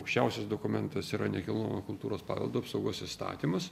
aukščiausias dokumentas yra nekilnojamojo kultūros paveldo apsaugos įstatymas